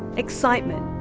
excitement.